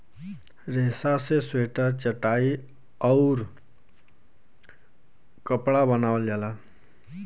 रेसा से स्वेटर चटाई आउउर कपड़ा बनावल जाला